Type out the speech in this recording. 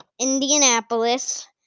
Indianapolis